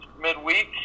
midweek